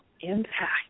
impact